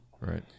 right